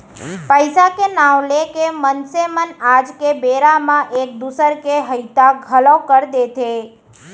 पइसा के नांव लेके मनसे मन आज के बेरा म एक दूसर के हइता घलौ कर देथे